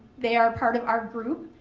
they are part of our group.